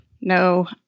no